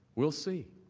will see.